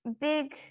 big